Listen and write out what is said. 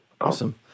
awesome